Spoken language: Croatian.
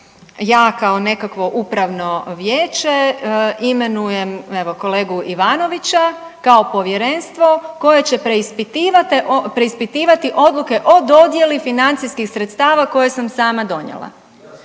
ja kao nekakvo upravo vijeće imenujem evo kolegu Ivanovića kao povjerenstvo koje će preispitivati odluke o dodjeli financijskih sredstava koje sam sama donijela